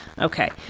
Okay